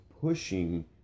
pushing